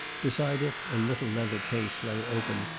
beside it a little leather case lay open,